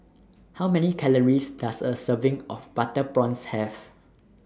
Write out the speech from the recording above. How Many Calories Does A Serving of Butter Prawns Have